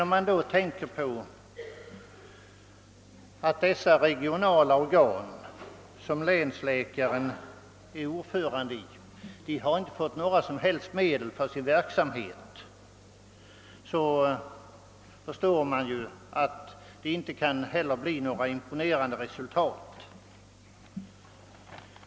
Men eftersom dessa regionala organ inte fått några som helst medel för sin verksamhet, kan de ju inte gärna åstadkomma några imponerande resultat.